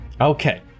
Okay